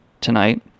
tonight